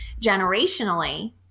generationally